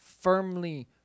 firmly